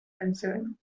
concern